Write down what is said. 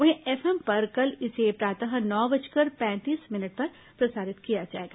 वहीं एफएम पर कल इसे प्रातः नौ बजकर पैंतीस मिनट पर प्रसारित किया जाएगा